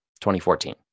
2014